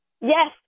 Yes